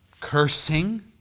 cursing